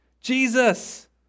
Jesus